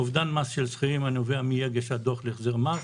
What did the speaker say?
אובדן מס של שכירים הנובע מאי הגשת דוח להחזר מס,